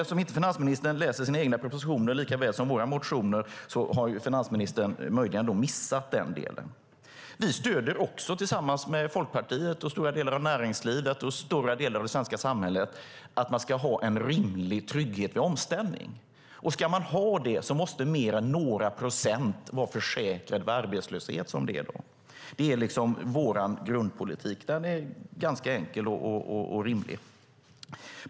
Eftersom finansministern inte läser sina egna propositioner lika väl som våra motioner har dock finansministern möjligen missat den delen. Vi stöder också, tillsammans med Folkpartiet och stora delar av näringslivet och det svenska samhället, att man ska ha en rimlig trygghet vid omställning. Ska man ha det måste mer än några procent, som det är i dag, vara försäkrade vid arbetslöshet. Det är vår grundpolitik. Den är ganska enkel och rimlig.